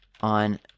on